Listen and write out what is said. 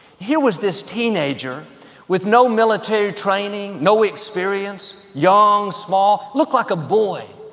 here was this teenager with no military training, no experience, young, small, looked like a boy.